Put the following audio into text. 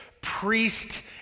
priest